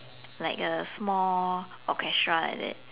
like a small orchestra like that